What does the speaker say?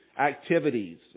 activities